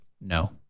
No